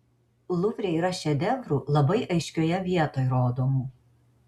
luvre yra šedevrų labai aiškioje vietoj rodomų